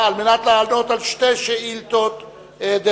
על מנת לענות על שתי שאילתות דחופות.